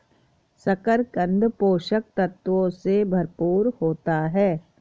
शकरकन्द पोषक तत्वों से भरपूर होता है